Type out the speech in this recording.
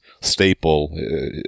staple